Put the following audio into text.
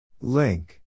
Link